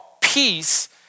peace